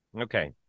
Okay